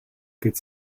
could